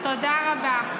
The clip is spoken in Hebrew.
תודה רבה.